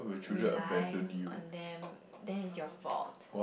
rely on them then is your fault